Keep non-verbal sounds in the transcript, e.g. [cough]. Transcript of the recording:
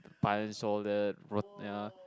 punch all that rot~ [noise] ya